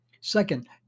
Second